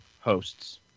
hosts